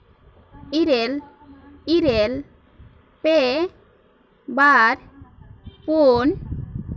ᱤᱨᱟᱹᱞ ᱤᱨᱟᱹᱞ ᱯᱮ ᱵᱟᱨ ᱯᱩᱱ